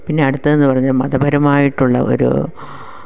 പിന്നെ അടുത്തതെന്ന് പറഞ്ഞാൽ മതപരമായിട്ടുള്ള ഒരു